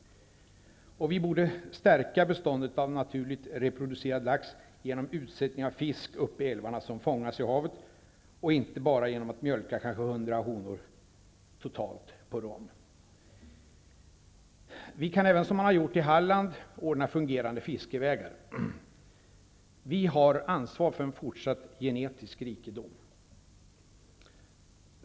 Vi borde stärka beståndet av naturligt reproducerad lax genom att uppe i älvarna sätta ut fisk som sedan kan fångas i havet och inte bara genom att mjölka kanske totalt hundra honor på rom. Vi kan även, som man har gjort i Halland, ordna fungerande fiskevägar. Vi har ansvar för en fortsatt genetisk rikedom.